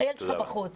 הילד שלך בחוץ.